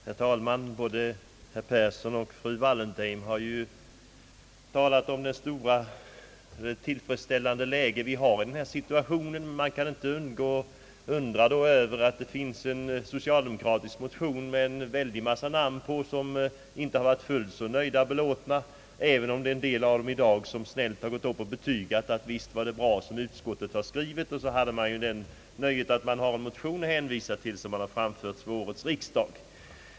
Herr talman! Både herr Persson och fru Wallentheim har talat om den tillfredsställande situation vi har. Man kan då inte undgå att undra över att det föreligger en socialdemokratisk motion med en stor mängd undertecknare som inte varit fullt så nöjda och belåtna, även om en del av dem i dag snällt har gått upp och betygat att det visst var bra som utskottet skrivit. Och så har man nöjet att hänvisa till en motion som väckts vid årets riksdag.